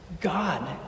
God